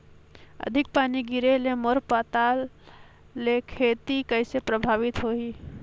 अधिक पानी गिरे ले मोर पताल के खेती कइसे प्रभावित होही?